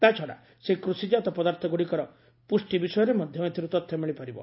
ତା'ଚ୍ଚଡ଼ା ସେହି କୃଷିକାତ ପଦାର୍ଥଗୁଡ଼ିକର ପୁଷ୍ଟି ବିଷୟରେ ମଧ୍ୟ ଏଥିରୁ ତଥ୍ୟ ମିଳିପାରିବ